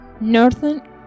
Northern